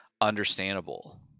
understandable